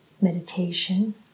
meditation